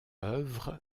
œuvres